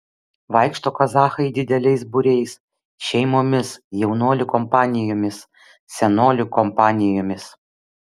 vaikšto kazachai dideliais būriais šeimomis jaunuolių kompanijomis senolių kompanijomis